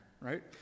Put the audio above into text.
right